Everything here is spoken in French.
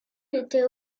était